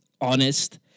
honest